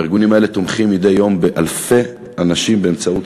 הארגונים האלה תומכים מדי יום באלפי אנשים באמצעות